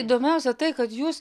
įdomiausia tai kad jūs